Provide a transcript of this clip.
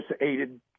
aided –